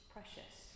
Precious